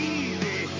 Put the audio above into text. easy